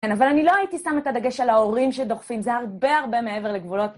כן, אבל אני לא הייתי שמה את הדגש על ההורים שדוחפים, זה הרבה הרבה מעבר לגבולות.